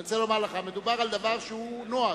אני רוצה לומר לך שמדובר על דבר שהוא נוהג,